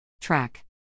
Track